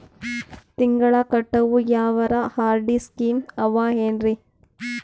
ತಿಂಗಳ ಕಟ್ಟವು ಯಾವರ ಆರ್.ಡಿ ಸ್ಕೀಮ ಆವ ಏನ್ರಿ?